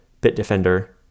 bitdefender